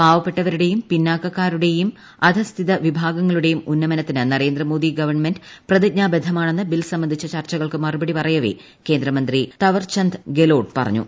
പാവപ്പെട്ടവരുടെയും പിന്നാക്കകാരുടെയും അധഃസ്ഥിത വിഭാഗങ്ങളുടെയും ഉന്നമനത്തിന് നരേന്ദ്രമോദി ഗവൺമെന്റ് പ്രതിജ്ഞാ ബദ്ധമാണെന്ന് ബിൽ സംബന്ധിച്ച ചർച്ചകൾക്ക് മറുപടി പറയവെ കേന്ദ്രമന്ത്രി തവർചന്ദ് ഗേലോട്ട് പറഞ്ഞു